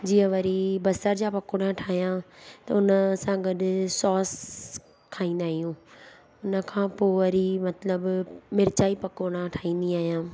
जीअं वरी बसर जा पकोड़ा ठाहियां त उन सां गॾु सॉस खाईंदा आहियूं उन खां पोइ वरी मतिलबु मिर्चाई पकोड़ा ठाहींदी आहियां